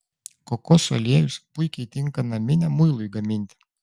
kokosų aliejus puikiai tinka naminiam muilui gaminti